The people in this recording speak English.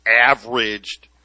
averaged